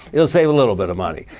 it'll save a little bit of money.